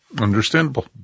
Understandable